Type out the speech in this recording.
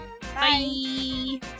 Bye